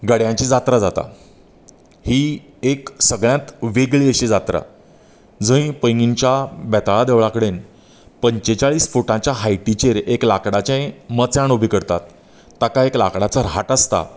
गड्यांची जात्रा जाता ही एक सगळ्यांत वेगळी अशी जात्रा जंय पैंगीणच्या बेताळा देवळा कडेन पंचेचाळीस फुटांच्या हायटिचेर एक लाखडाचें मचाण उबें करतात ताका एक लाकडाचो राट आसता